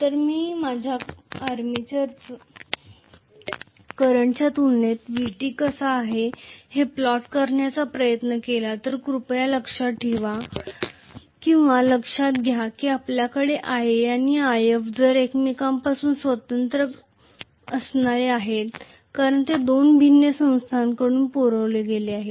तर मी माझ्या आर्मेचर करंटच्या तुलनेत Vt कसे आहे हे प्लॉट करण्याचा प्रयत्न केला तर कृपया लक्षात ठेवा की आपल्याकडे Ia आणि If जर ते एकमेकांपासून स्वतंत्र असणार आहेत कारण ते दोन भिन्न संस्थांकडून पुरविले गेले आहेत